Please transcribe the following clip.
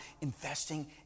investing